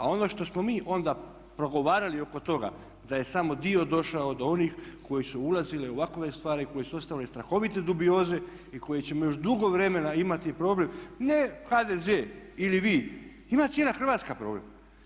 A ono što smo mi onda progovarali oko toga da je samo dio došao do onih koji su ulazili u ovakove stvari, koji su ostavili strahovite dubioze i koje ćemo još dugo vremena imati problem ne HDZ ili vi, ima cijela Hrvatska problem.